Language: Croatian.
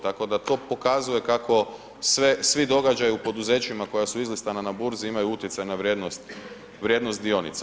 Tako da to pokazuje kako svi događaji u poduzećima koja su izlistana na burzi imaju utjecaj na vrijednost dionica.